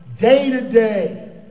day-to-day